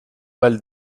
mal